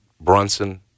Brunson